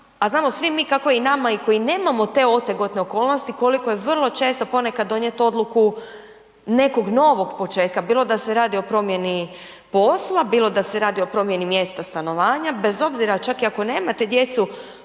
a znamo svi mi kako je i nama koji nemamo te otegotne okolnosti koliko je vrlo često ponekad donijeti odluku nekog novog početka, bilo da se radi o promjeni posla, bilo da se radi o promjeni mjesta stanovanja. Bez obzira čak i ako nemate djecu,